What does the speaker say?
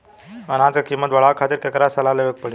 अनाज क कीमत बढ़ावे खातिर केकरा से सलाह लेवे के पड़ी?